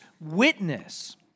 witness